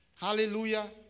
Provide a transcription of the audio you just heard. Hallelujah